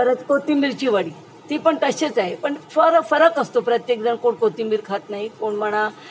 परत कोथिंबिरीची वडी ती पण तसेच आहे पण फर फरक असतो प्रत्येकजण कोण कोथिंबिर खात नाही कोण म्हणा